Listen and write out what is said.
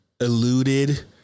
eluded